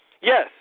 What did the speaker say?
Yes